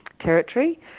territory